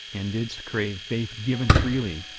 and didst crave faith given freely,